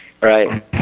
Right